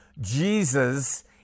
Jesus